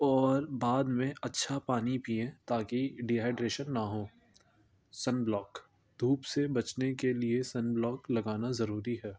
اور بعد میں اچھا پانی پیئیں تاکہ ڈییہائڈریشن نہ ہ سن بلاک دھوپ سے بچنے کے لیے سن بلاک لگانا ضروری ہے